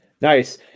Nice